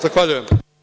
Zahvaljujem.